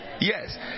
yes